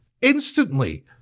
instantly